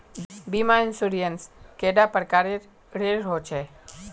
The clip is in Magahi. बीमा इंश्योरेंस कैडा प्रकारेर रेर होचे